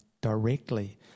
directly